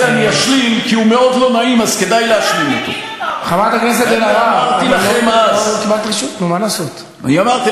אני הייתי זה שהלך גם אלייך, גם אל